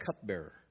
cupbearer